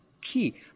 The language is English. key